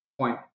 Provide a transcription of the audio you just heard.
point